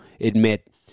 admit